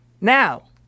now